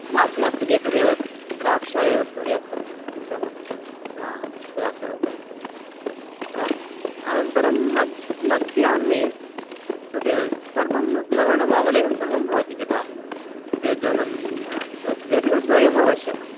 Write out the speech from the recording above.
मास्तु मास्तु एतदेव द्राक्षा एव पर्याप्तं चिन्ता मास्तु द्राक्षारसमेव प्रयाप्तम् अस्तु अनन्तरं मध् मध्याह्ने तदेव तत् सर्वं लवणम् अवलेहं भवति किल व्यजनम् व्यजनद्वयम् अवश्यकम्